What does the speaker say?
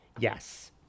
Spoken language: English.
Yes